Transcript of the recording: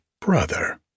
brother